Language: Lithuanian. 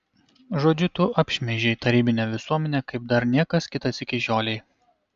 žodžiu tu apšmeižei tarybinę visuomenę kaip dar niekas kitas iki šiolei